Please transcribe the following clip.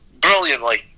brilliantly